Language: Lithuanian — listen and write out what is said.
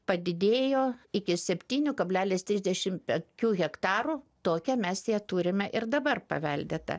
padidėjo iki septynių kablelis trisdešim penkių hektarų tokią mes ją turime ir dabar paveldėtą